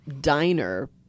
diner